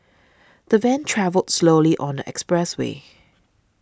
the van travelled slowly on the expressway